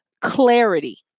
clarity